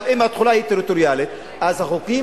אבל אם התחולה היא טריטוריאלית אז החוקים